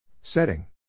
Setting